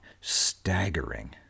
staggering